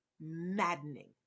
maddening